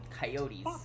coyotes